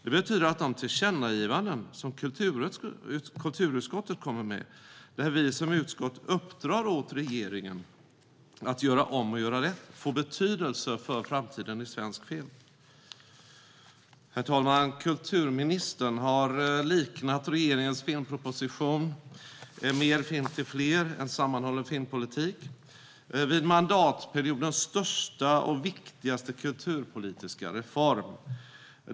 Det betyder att de tillkännagivanden som kulturutskottet föreslår, där vi som utskott uppmanar regeringen att göra om och göra rätt, får betydelse för framtiden i svensk film. Herr talman! Kulturministern har liknat regeringens filmproposition Mer film till fler - en sammanhållen filmpolitik vid mandatperiodens största och viktigaste kulturpolitiska reform.